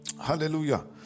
Hallelujah